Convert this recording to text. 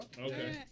Okay